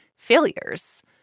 failures